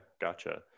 gotcha